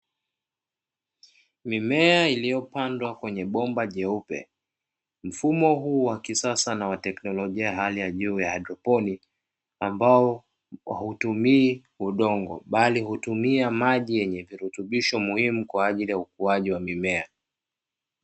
Mimea iliyopandwa kwenye bomba jeupe, mfumo huu wa kisasa na wa teknolojia ya hali ya juu wa haidroponi ambao hautumii udongo bali hutumia maji yenye virutubisho muhimu kwa ajili ya ukuaji wa mimea.